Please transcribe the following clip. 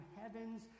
heavens